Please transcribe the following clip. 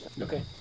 Okay